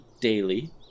daily